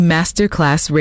Masterclass